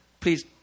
Please